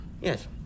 yes